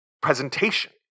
presentation